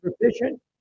proficient